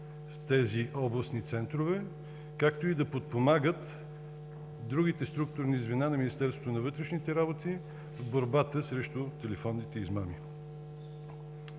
в тези областни центрове, както и да подпомагат другите структурни звена на МВР в борбата срещу телефонните измами.